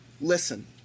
Listen